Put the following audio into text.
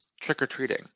trick-or-treating